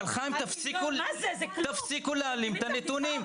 אבל, חיים, תפסיקו להעלים את הנתונים.